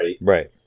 right